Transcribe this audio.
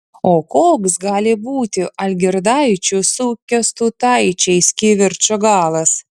o koks gali būti algirdaičių su kęstutaičiais kivirčo galas